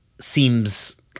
seems